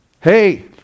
Hey